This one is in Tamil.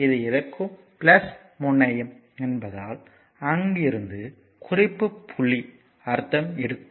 இது எடுக்கும் முனையம் என்பதால் அங்கிருந்து குறிப்பு புள்ளி அர்த்தம் எடுக்கும்